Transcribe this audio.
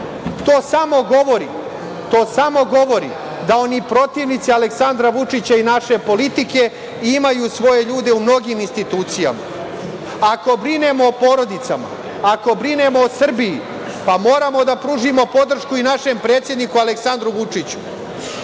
To samo govori da oni protivnici Aleksandra Vučića i naše politike imaju svoje ljude u mnogim institucijama. Ako brinemo o porodicama, ako brinemo o Srbiji, pa, moramo da pružimo podršku i našem predsedniku Aleksandru Vučiću.